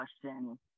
question